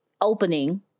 opening